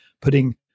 putting